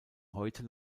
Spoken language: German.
heute